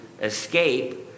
escape